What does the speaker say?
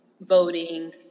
voting